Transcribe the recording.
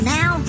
now